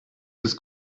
this